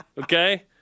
Okay